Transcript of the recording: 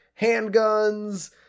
handguns